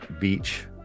beach